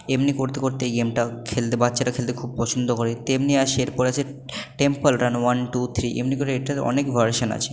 এমনি করতে করতেই গেমটা খেলতে বাচ্চারা খেলতে খুব পছন্দ করে তেমনি এরপরে আছে Temple Run one two three এমনি করেই এটা অনেক ভার্সান আছে